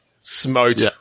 Smote